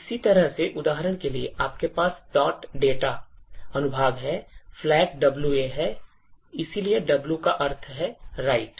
इसी तरह से उदाहरण के लिए आपके पास data अनुभाग है flag WA है इसलिए W का अर्थ है राइट